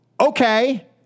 okay